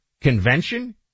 convention